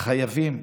חייבים.